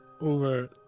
Over